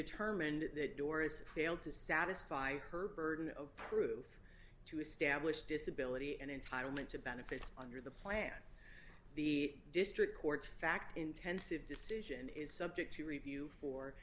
determined that doris failed to satisfy her burden of proof to establish disability and entitlement to benefits under the plan the district courts fact intensive decision is subject to review for